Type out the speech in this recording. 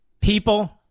people